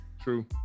true